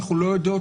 אנחנו לא יודעות